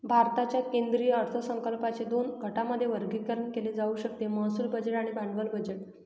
भारताच्या केंद्रीय अर्थसंकल्पाचे दोन घटकांमध्ये वर्गीकरण केले जाऊ शकते महसूल बजेट आणि भांडवली बजेट